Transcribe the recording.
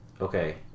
okay